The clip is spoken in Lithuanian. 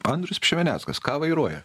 andrius pšemeneckas ką vairuoja